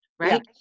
Right